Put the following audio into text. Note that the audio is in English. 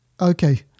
Okay